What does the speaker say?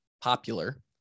popular